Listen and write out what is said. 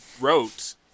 wrote